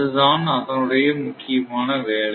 இதுதான் அதனுடைய முக்கியமான வேலை